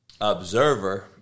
observer